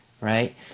right